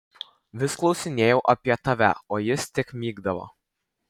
vis klausinėjau apie tave o jis tik mykdavo